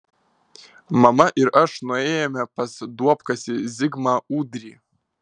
mama ir aš nuėjome pas duobkasį zigmą ūdrį